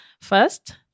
First